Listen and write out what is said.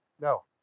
No